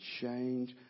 change